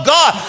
God